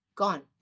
Gone